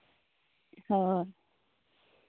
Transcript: ᱦᱳᱭ